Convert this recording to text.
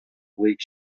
bleak